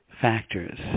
factors